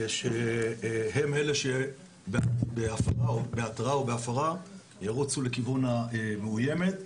כך שהם אלה שבהתראה או בהפרה ירוצו לכיוון המאוימת,